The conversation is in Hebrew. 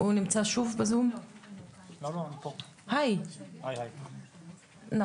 אתם בעצם פרסמתם זרוע עבודה במשרד הכלכלה, פרסמתם,